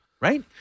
right